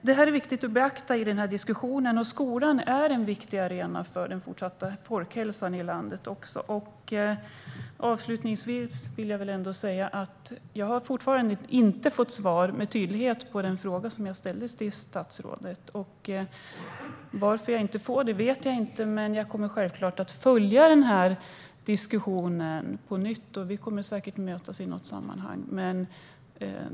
Detta är viktigt att beakta i denna diskussion, och skolan är fortsatt en viktig arena för folkhälsan i landet. Avslutningsvis vill jag säga att jag fortfarande inte har fått något tydligt svar på den fråga som jag ställde till statsrådet. Varför jag inte får det vet jag inte. Men jag kommer självklart att följa denna diskussion, och vi kommer säkert att mötas i något sammanhang.